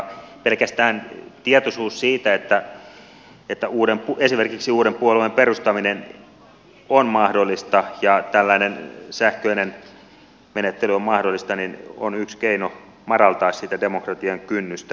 pelkästään tietoisuus siitä että esimerkiksi uuden puolueen perustaminen on mahdollista ja tällainen sähköinen menettely on mahdollista on yksi keino madaltaa sitä demokratian kynnystä